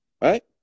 right